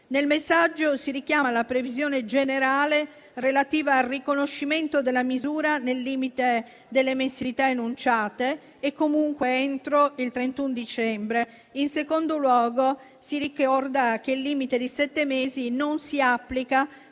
Nel messaggio si richiama la previsione generale relativa al riconoscimento della misura nel limite delle mensilità enunciate, e comunque entro il 31 dicembre. In secondo luogo, si ricorda che il limite di sette mesi non si applica